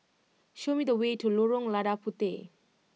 show me the way to Lorong Lada Puteh